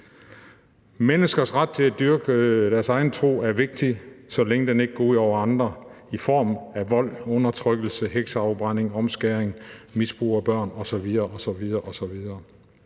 Menneskers ret til at dyrke deres egen tro er vigtig, så længe det ikke går ud over andre i form af vold, undertrykkelse, hekseafbrænding, omskæring, misbrug af børn osv.